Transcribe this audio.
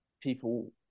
people